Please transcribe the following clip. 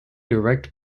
direct